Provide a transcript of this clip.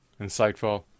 insightful